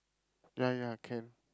ya ya can